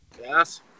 Yes